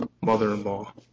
mother-in-law